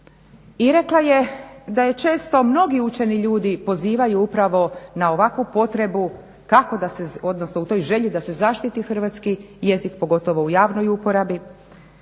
i rekla je da je često mnogi učeni ljudi pozivaju upravo na ovakvu potrebu u toj želji da se zaštiti hrvatski jezik pogotovo u javnoj uporabi,